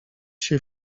się